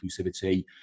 inclusivity